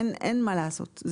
אין מה לעשות.